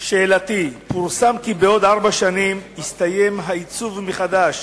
שאלתי היא: פורסם כי בעוד ארבע שנים יסתיים "העיצוב מחדש"